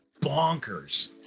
bonkers